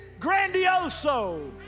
Grandioso